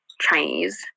Chinese